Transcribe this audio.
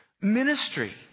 ministry